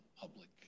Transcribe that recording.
public